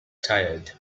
tired